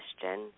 question